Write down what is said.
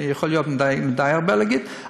יכול להיות שזה די הרבה להגיד,